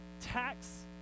tax